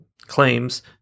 claims